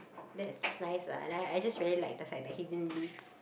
that is nice lah and I I just really like the fact he didn't leave